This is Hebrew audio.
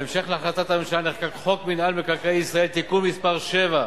בהמשך להחלטת הממשלה נחקק חוק מינהל מקרקעי ישראל (תיקון מס' 7),